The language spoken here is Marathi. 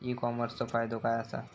ई कॉमर्सचो फायदो काय असा?